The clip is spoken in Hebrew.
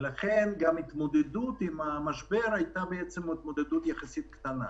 ולכן ההתמודדות עם המשבר הייתה יחסית קטנה.